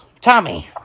Tommy